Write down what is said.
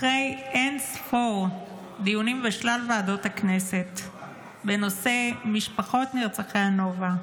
אחרי אין ספור דיונים בשלל ועדות הכנסת בנושא משפחות נרצחי הנובה,